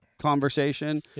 conversation